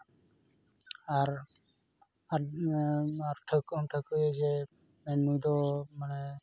ᱟᱨ ᱴᱷᱟᱹᱣᱠᱟᱹ ᱦᱚᱢ ᱴᱷᱹᱣᱠᱟᱹᱭᱮᱭᱟ ᱡᱮ ᱱᱩᱭ ᱫᱚ ᱢᱟᱱᱮ